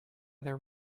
their